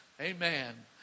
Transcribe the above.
Amen